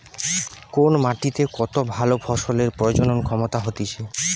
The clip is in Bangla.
কোন মাটিতে কত ভালো ফসলের প্রজনন ক্ষমতা হতিছে